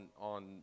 on